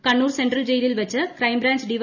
Kannur central ജയിലിൽ വെച്ച് crime branch D